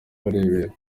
barebera